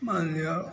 मान लिया